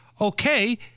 Okay